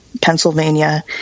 Pennsylvania